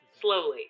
slowly